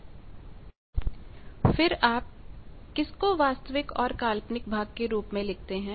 z 1 1 फिर आप किसको वास्तविक और काल्पनिक भाग के रूप में लिखते हैं